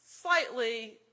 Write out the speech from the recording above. slightly